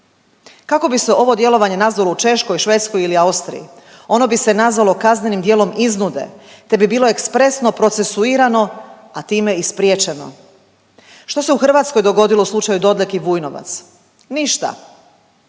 Kako bi se ovo djelovanje nazvalo u Češkoj, Švedskoj ili Austriji? Ono bi se nazvalo kaznenim djelom iznude te bi bilo ekspresno procesuirano, a time i spriječeno. Što se u Hrvatskoj dogodilo u slučaju Dodlek i Vujnovac? Ništa.